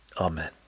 Amen